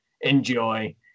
enjoy